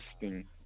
Interesting